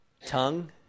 Tongue